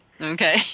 Okay